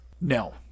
No